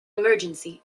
emergency